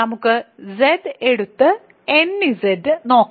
നമുക്ക് Z എടുത്ത് nZ നോക്കാം